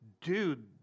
dude